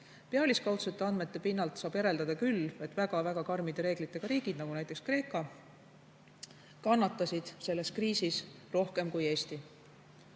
Pealiskaudsete andmete pinnalt saab järeldada küll, et väga-väga karmide reeglitega riigid, näiteks Kreeka, kannatasid selles kriisis rohkem kui Eesti.